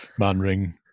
Manring